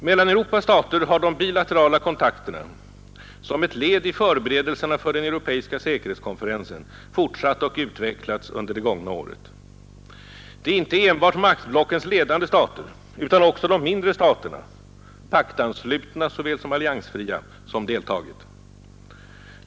Mellan Europas stater har de bilaterala kontakterna som ett led i förberedelserna för den europeiska säkerhetskonferensen fortsatt och utvecklats under det gångna året. Det är inte enbart maktblockens ledande stater utan även de mindre staterna, paktanslutna såväl som alliansfria, som deltagit.